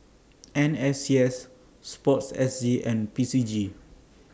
N S C S Sports S G and P C G